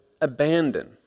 abandon